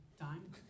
time